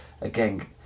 again